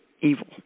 evil